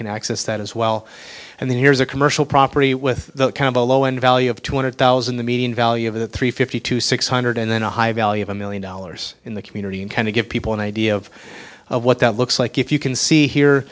can access that as well and then here's a commercial property with the low end value of two hundred thousand the median value of the three fifty to six hundred and then a high value of a million dollars in the community in kind of give people an idea of what that looks like if you can see